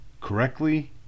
correctly